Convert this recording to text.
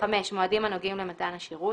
(5)מועדים הנוגעים למתן השירות,